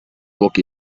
work